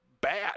bad